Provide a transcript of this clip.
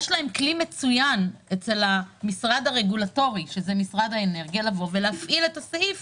יש להם כלי מצוין אצל המשרד הרגולטורי משרד האנרגיה להפעיל את הסעיף